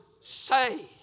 say